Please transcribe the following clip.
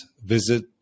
visit